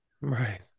right